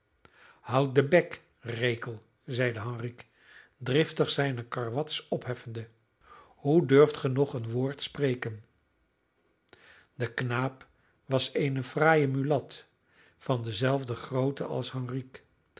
den bek rekel zeide henrique driftig zijne karwats opheffende hoe durft ge nog een woord spreken de knaap was een fraaie mulat van dezelfde grootte als henrique